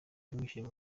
yamwishuye